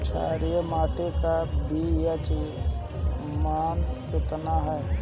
क्षारीय मीट्टी का पी.एच मान कितना ह?